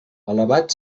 alabat